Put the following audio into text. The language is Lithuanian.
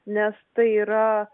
nes tai yra